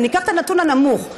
וניקח את הנתון הנמוך,